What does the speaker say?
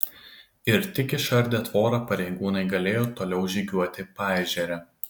ir tik išardę tvorą pareigūnai galėjo toliau žygiuoti paežere